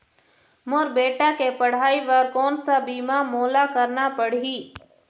मोर बेटा के पढ़ई बर कोन सा बीमा मोला करना पढ़ही?